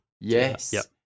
Yes